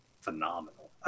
phenomenal